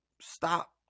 stop